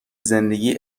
زندگی